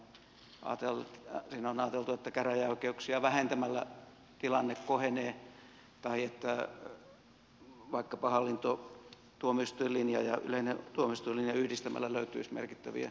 siinä on ajateltu että käräjäoikeuksia vähentämällä tilanne kohenee tai että vaikkapa hallintotuomioistuinlinja ja yleinen tuomioistuinlinja yhdistämällä löytyisi merkittäviä hyötyjä